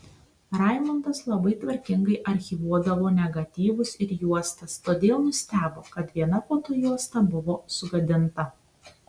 raimundas labai tvarkingai archyvuodavo negatyvus ir juostas todėl nustebo kad viena fotojuosta buvo sugadinta